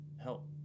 help